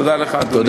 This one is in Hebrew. תודה לך, אדוני.